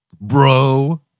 bro